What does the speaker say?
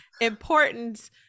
important